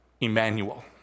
Emmanuel